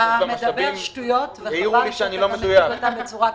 אתה מדבר שטויות וחבל שאתה גם מציג אותן בצורה כזאת.